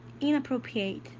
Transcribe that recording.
inappropriate